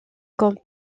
comme